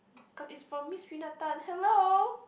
cause it promise me that time hello